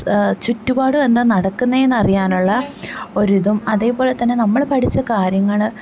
ചുറ്റ്പാടും എന്താ നടക്കുന്നത് എന്നറിയാനുള്ള ഒരിതും അതേപോലെ തന്നെ നമ്മള് പഠിച്ച കാര്യങ്ങള്